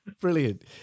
Brilliant